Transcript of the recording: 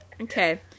Okay